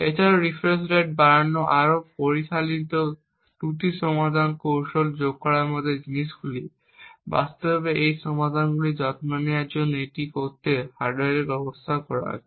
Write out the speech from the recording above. এছাড়াও refresh rate বাড়ানো আরও পরিশীলিত ত্রুটি সংশোধন কৌশল যোগ করার মতো জিনিসগুলি বাস্তবে এই সমাধানগুলির যত্ন নেওয়ার জন্য এটি তৈরি করতে হার্ডওয়্যারে ব্যবহার করা হয়েছে